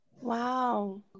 Wow